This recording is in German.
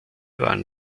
waren